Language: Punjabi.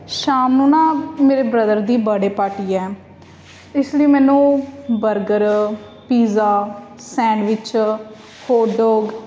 ਸ਼ਾਮ ਨੂੰ ਨਾ ਮੇਰੇ ਬ੍ਰਦਰ ਦੀ ਬਰਡੇ ਪਾਰਟੀ ਹੈ ਇਸ ਲਈ ਮੈਨੂੰ ਬਰਗਰ ਪੀਜ਼ਾ ਸੈਂਡਵਿਚ ਹੋਡੋਗ